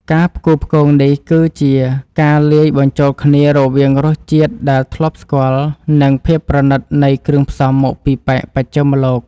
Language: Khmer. ការផ្គូផ្គងនេះគឺជាការលាយបញ្ចូលគ្នារវាងរសជាតិដែលធ្លាប់ស្គាល់និងភាពប្រណីតនៃគ្រឿងផ្សំមកពីប៉ែកបស្ចិមលោក។